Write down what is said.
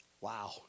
Wow